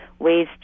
ways